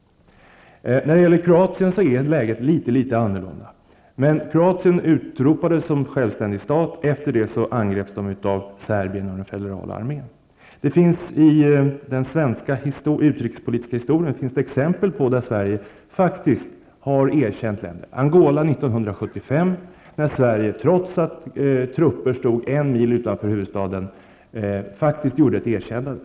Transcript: När det gäller Kroatien är läget litet annorlunda. När Kroatien utropade sig själv som självständig stat angreps landet av Serbien och den federala armen. Det finns i den svenska utrikespolitiska historien exempel där Sverige faktiskt har erkänt länder. Vi har t.ex. Angola 1975, när Sverige, trots att trupper stod en mil utanför huvudstaden, faktiskt gjorde ett erkännande.